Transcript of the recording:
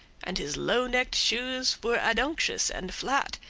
and his low-necked shoes were aduncous and flat.